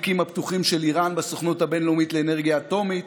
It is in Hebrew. התיקים הפתוחים של איראן בסוכנות הבין-לאומית לאנרגיה אטומית